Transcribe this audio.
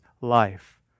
life